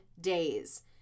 days